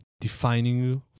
defining